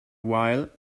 while